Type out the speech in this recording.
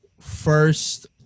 first